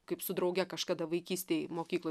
kaip su drauge kažkada vaikystėj mokykloj